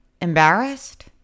embarrassed